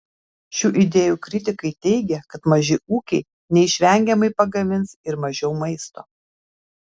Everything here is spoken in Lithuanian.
šių idėjų kritikai teigia kad maži ūkiai neišvengiamai pagamins ir mažiau maisto